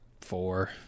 four